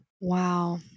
wow